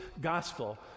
gospel